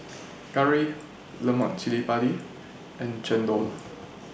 Curry Lemak Cili Padi and Chendol